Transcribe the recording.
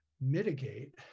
mitigate